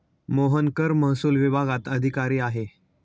मोहन कर महसूल विभागात अधिकारी आहे